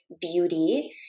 beauty